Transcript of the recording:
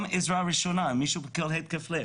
גם עזרה ראשונה אם מישהו מקבל התקף לב,